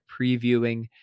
previewing